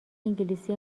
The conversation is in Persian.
انگلیسی